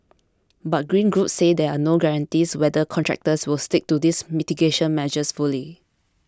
but green groups say there are no guarantees whether contractors will stick to these mitigation measures fully